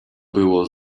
było